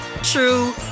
true